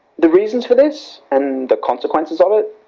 the reasons for this, and the consequences of it